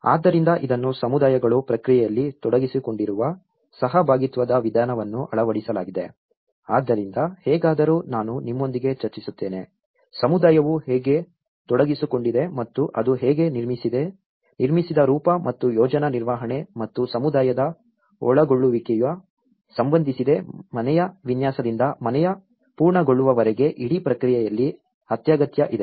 ಆದ್ದರಿಂದ ಇದನ್ನು ಸಮುದಾಯಗಳು ಪ್ರಕ್ರಿಯೆಯಲ್ಲಿ ತೊಡಗಿಸಿಕೊಂಡಿರುವ ಸಹಭಾಗಿತ್ವದ ವಿಧಾನವನ್ನು ಅಳವಡಿಸಲಾಗಿದೆ ಆದ್ದರಿಂದ ಹೇಗಾದರೂ ನಾನು ನಿಮ್ಮೊಂದಿಗೆ ಚರ್ಚಿಸುತ್ತೇನೆ ಸಮುದಾಯವು ಹೇಗೆ ತೊಡಗಿಸಿಕೊಂಡಿದೆ ಮತ್ತು ಅದು ಹೇಗೆ ನಿರ್ಮಿಸಿದ ರೂಪ ಮತ್ತು ಯೋಜನಾ ನಿರ್ವಹಣೆ ಮತ್ತು ಸಮುದಾಯದ ಒಳಗೊಳ್ಳುವಿಕೆಗೆ ಸಂಬಂಧಿಸಿದೆ ಮನೆಯ ವಿನ್ಯಾಸದಿಂದ ಮನೆಯ ಪೂರ್ಣಗೊಳ್ಳುವವರೆಗೆ ಇಡೀ ಪ್ರಕ್ರಿಯೆಯಲ್ಲಿ ಅತ್ಯಗತ್ಯ ಇದೆ